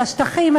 על השטחים,